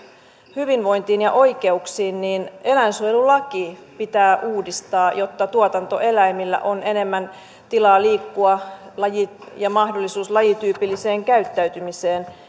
hyvinvointiin ja oikeuksiin niin eläinsuojelulaki pitää uudistaa jotta tuotantoeläimillä on enemmän tilaa liikkua ja mahdollisuus lajityypilliseen käyttäytymiseen